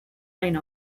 line